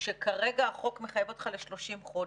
שכרגע החוק מחייב אותך ל-30 חודש,